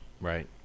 Right